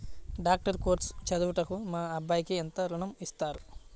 Doctor course చదువుటకు మా అబ్బాయికి ఎంత ఋణం ఇస్తారు?